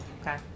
okay